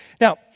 Now